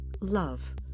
Love